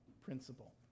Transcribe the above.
principle